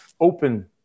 open